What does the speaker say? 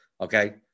Okay